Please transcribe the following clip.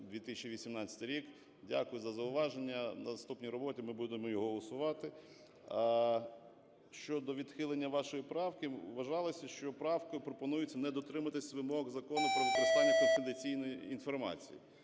2018 рік. Дякую за зауваження. В наступній роботі ми будемо його усувати. Щодо відхилення вашої правки. Вважалося, що правкою пропонується не дотримуватись вимог закону про використання конфіденційної інформації.